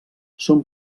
són